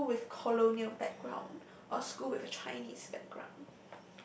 school with colonial background or school with a Chinese background